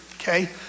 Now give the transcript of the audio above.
Okay